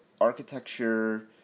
architecture